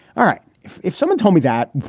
all right. if if someone told me that,